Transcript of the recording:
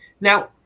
Now